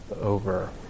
over